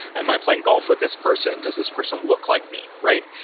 am i playing golf with this person? does this person look like me, right?